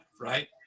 right